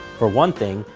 for one thing,